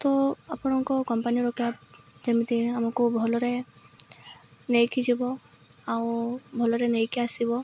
ତ ଆପଣଙ୍କ କମ୍ପାନୀର କ୍ୟାବ୍ ଯେମିତି ଆମକୁ ଭଲରେ ନେଇକି ଯିବ ଆଉ ଭଲରେ ନେଇକି ଆସିବ